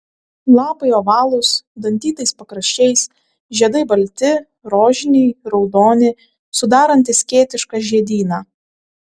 lapai ovalūs dantytais pakraščiais žiedai balti rožiniai raudoni sudarantys skėtišką žiedyną